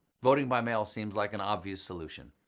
voting by mail seems like an obvious solution,